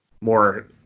more